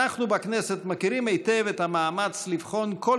אנחנו בכנסת מכירים היטב את המאמץ לבחון כל